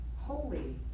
holy